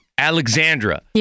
Alexandra